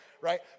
right